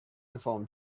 inform